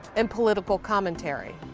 and political commentary.